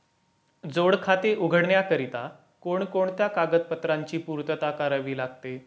जोड खाते उघडण्याकरिता कोणकोणत्या कागदपत्रांची पूर्तता करावी लागते?